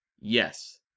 Yes